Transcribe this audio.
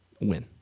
win